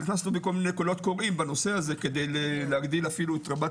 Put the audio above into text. נכנסנו בכל מיני קולות קוראים בנושא הזה כדי להגדיל אפילו את רמת